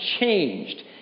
changed